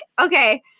okay